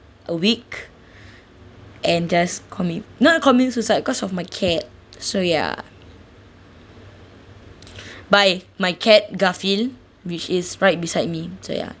a week and just commit not commit suicide cause of my cat so ya by my cat garfield which is right beside me so ya